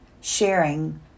sharing